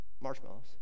marshmallows